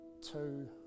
two